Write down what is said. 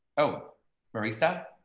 oh risa